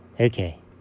Okay